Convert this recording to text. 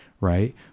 right